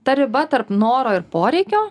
ta riba tarp noro ir poreikio